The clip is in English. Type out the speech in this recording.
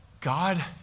God